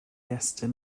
estyn